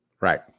right